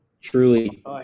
truly